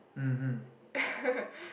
mmhmm